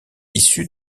issu